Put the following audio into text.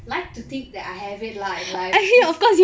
like to think that I have it lah in life